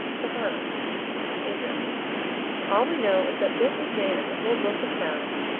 chhana asia all we know is that this is made of the whole milk of cows,